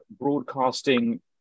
broadcasting